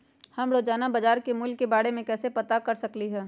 हम रोजाना बाजार के मूल्य के के बारे में कैसे पता कर सकली ह?